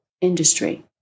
industry